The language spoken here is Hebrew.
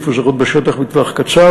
הן מפוזרות בשטח בטווח קצר.